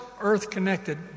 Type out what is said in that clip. earth-connected